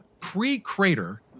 Pre-crater